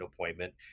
appointment